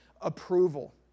approval